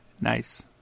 Nice